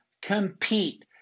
compete